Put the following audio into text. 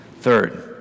Third